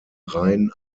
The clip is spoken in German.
reihen